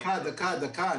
דקה, דקה.